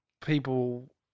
people